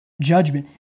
judgment